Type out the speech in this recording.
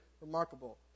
remarkable